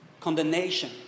condemnation